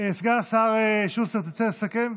סגן השר שוסטר, תרצה לסכם?